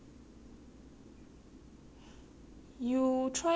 you try keri~ have you tried keratin treatment or not